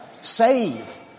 save